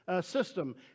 system